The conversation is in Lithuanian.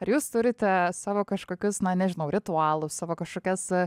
ar jūs turite savo kažkokius na nežinau ritualus savo kažkokias